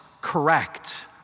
correct